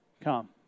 Come